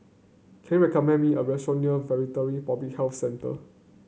can you recommend me a restaurant near Veterinary Public Health Centre